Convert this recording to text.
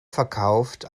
verkauft